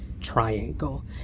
triangle